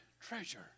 treasure